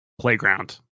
Playground